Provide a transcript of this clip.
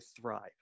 thrive